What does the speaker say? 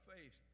faith